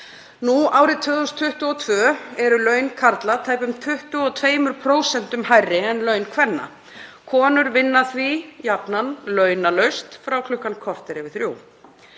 Nú, árið 2022, eru laun karla tæpum 22% hærri en laun kvenna. Konur vinna því jafnan launalaust frá klukkan korter yfir þrjú.